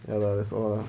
ya lah that's all lah